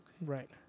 right